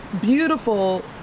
beautiful